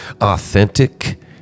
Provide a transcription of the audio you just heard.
authentic